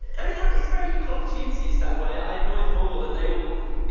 i mean, um it's very equal opportunities that way. i annoy them all and they all,